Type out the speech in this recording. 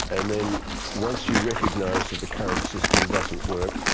and then once you recognize that the current system doesn't work,